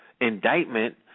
indictment